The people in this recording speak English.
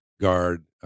guard